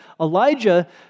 Elijah